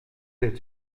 êtes